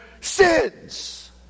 sins